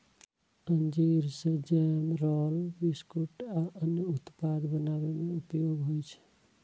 अंजीर सं jam, roll, biscuit आ अन्य उत्पाद बनाबै मे उपयोग होइ छै